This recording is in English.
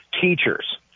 teachers